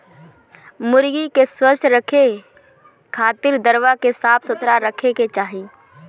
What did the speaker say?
मुर्गी के स्वस्थ रखे खातिर दरबा के साफ सुथरा रखे के चाही